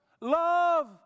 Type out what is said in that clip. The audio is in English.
love